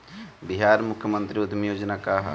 बिहार मुख्यमंत्री उद्यमी योजना का है?